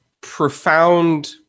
profound